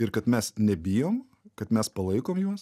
ir kad mes nebijom kad mes palaikom juos